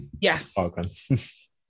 yes